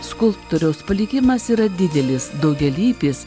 skulptoriaus palikimas yra didelis daugialypis